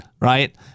right